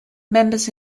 members